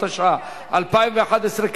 התשע"א 2011,